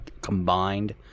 combined